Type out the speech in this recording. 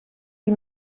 die